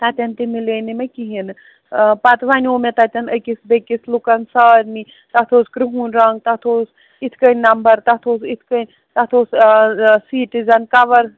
تَتٮ۪ن تہِ مِلے نہٕ مےٚ کِہیٖنۍ نہٕ پَتہٕ وَنیو مےٚ أکِس بیٚیہِ کِس لُکَن سارنی تَتھ اوس کِرٛہُن رنٛگ تَتھ اوس اِتھ کَنۍ نمبر تَتھ اوس اِتھ کَنۍ تَتھ اوس سیٖٹِزَن کَوَر